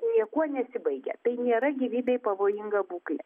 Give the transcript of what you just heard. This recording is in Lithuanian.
niekuo nesibaigia tai nėra gyvybei pavojinga būklė